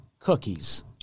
cookies